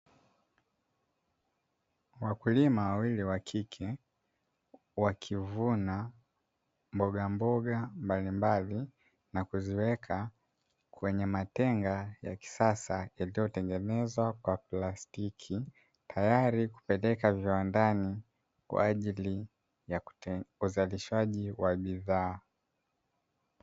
Wakulima wawili wa kike wa kivuna mbogamboga mbalimbali na kuziweka kwenye matenga ya kisasa yaliyotegemezwa kwa plastiki, tayari kupeleka viwandani kwa ajili ya uzalishaji wa bidhaa.